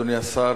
אדוני השר,